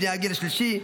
בני הגיל השלישי,